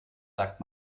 sagt